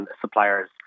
suppliers